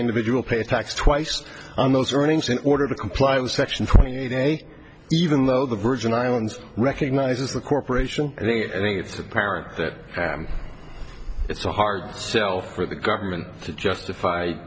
individual pay tax twice on those earnings in order to comply with section twenty even though the virgin islands recognizes the corporation i think and it's apparent that it's a hard sell for the government to justify